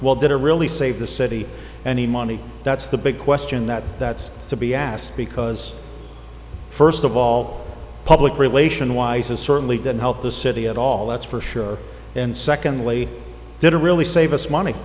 while did a really save the city any money that's the big question that that's to be asked because first of all public relation wise is certainly didn't help the city at all that's for sure and secondly did a really save us money